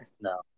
No